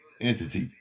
entity